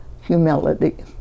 humility